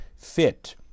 fit